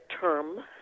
term